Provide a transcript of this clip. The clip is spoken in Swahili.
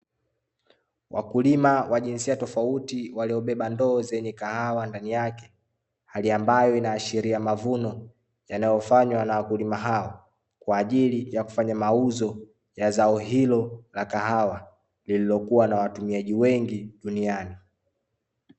Wakulima wa jinsia tofauti waliobeba ndoo zenye kahawa ndani yake, hali ambayo ina ashiria mavuno yanayofanywa na wakulima hao, kwa ajili ya kufanya mauzo ya zao hilo la kahawa; lililokuwa na watumiaji wengi duniani.